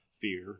fear